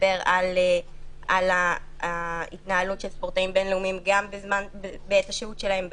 שמדבר על ההתנהלות של ספורטאים בין-לאומיים גם בעת השהות שלהם בחו"ל.